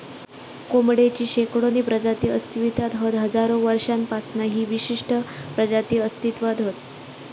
कोंबडेची शेकडोनी प्रजाती अस्तित्त्वात हत हजारो वर्षांपासना ही विशिष्ट प्रजाती अस्तित्त्वात हत